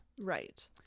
Right